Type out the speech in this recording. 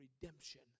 redemption